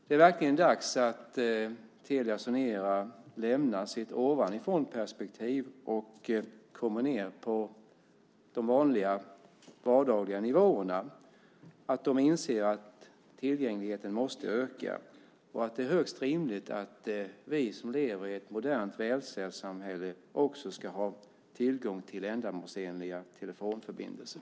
Det är verkligen dags att Telia Sonera lämnar sitt ovanifrånperspektiv och kommer ned på de vanliga vardagliga nivåerna, att de inser att tillgängligheten måste öka och att det är högst rimligt att vi som lever i ett modernt välfärdssamhälle också ska ha tillgång till ändamålsenliga telefonförbindelser.